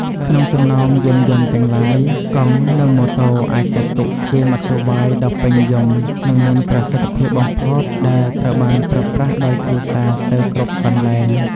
ក្នុងចំណោមយានយន្តទាំងឡាយ កង់ និងម៉ូតូ អាចចាត់ទុកជាមធ្យោបាយដ៏ពេញនិយម និងមានប្រសិទ្ធភាពបំផុត ដែលត្រូវបានប្រើប្រាស់ដោយគ្រួសារស្ទើរគ្រប់កន្លែង។